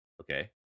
okay